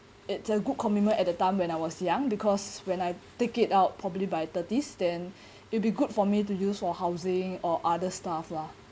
it's a good commitment at the time when I was young because when I take it out probably by thirties then it would be good for me to use for housing or other stuff lah